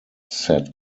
set